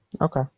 Okay